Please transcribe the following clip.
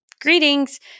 Greetings